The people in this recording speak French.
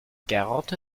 quarante